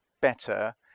better